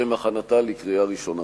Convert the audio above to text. הכנה לקריאה ראשונה.